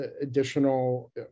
additional